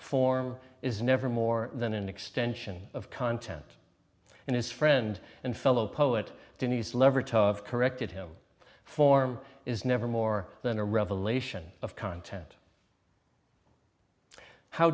form is never more than an extension of content and his friend and fellow poet denise leverage of corrected him form is never more than a revelation of content how